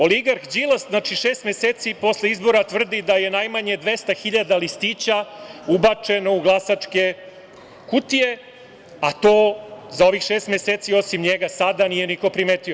Oligarh Đilas znači šest meseci posle izbora tvrdi da je najmanje 200 hiljada listića ubačeno u glasačke kutije, a to za ovih šest meseci osim njega sada nije niko primetio.